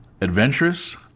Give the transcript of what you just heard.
Adventurous